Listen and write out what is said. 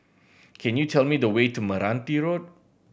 can you tell me the way to Meranti Road